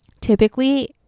typically